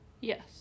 yes